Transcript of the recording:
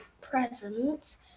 presents